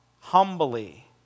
humbly